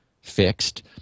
fixed